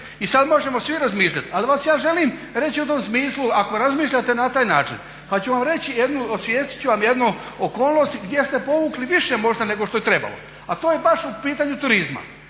i sad možemo svi razmišljat, ali vas ja želim reći u tom smislu ako razmišljate na taj način pa ću vam reći jednu, osvijestit ću vam jednu okolnost gdje ste povukli više možda nego što je trebalo, a to je baš u pitanju turizma.